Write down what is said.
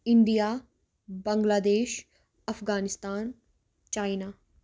India Bangladesh Afghanistan China